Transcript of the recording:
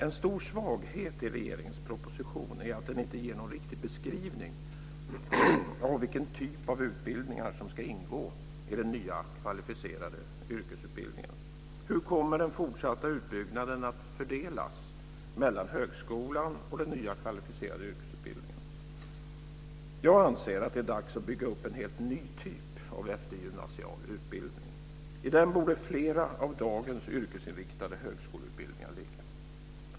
En stor svaghet i regeringens proposition är att den inte ger någon riktig beskrivning av vilken typ av utbildningar som ska ingå i den nya kvalificerade yrkesutbildningen. Hur kommer den fortsatta utbyggnaden att fördelas mellan högskolan och den nya kvalificerade yrkesutbildningen? Jag anser att det är dags att bygga upp en helt ny typ av eftergymnasial utbildning. I den borde flera av dagens yrkesinriktade högskoleutbildningar ligga.